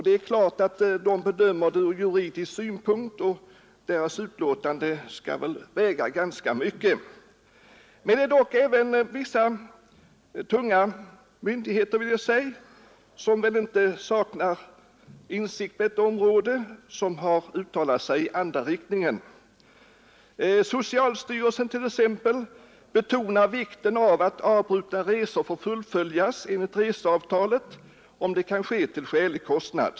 Det är klart att samfundet bedömer frågan ur juridisk synpunkt, och dess yttrande får väl anses väga ganska tungt. Vissa myndigheter, som väl inte saknar insikt på detta område, har emellertid uttalat sig i andra riktningen. Socialstyrelsen t.ex. betonar vikten av att avbrutna resor får fullföljas enligt reseavtalet, om det kan ske till skälig kostnad.